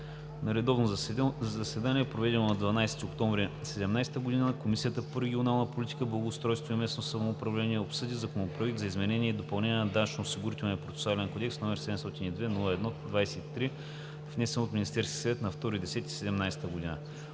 На редовно заседание, проведено на 12 октомври 2017 г., Комисията по регионална политика, благоустройство и местно самоуправление обсъди Законопроект за изменение и допълнение на Данъчно-осигурителния процесуален кодекс, № 702-01-23, внесен от Министерски съвет на 2 октомври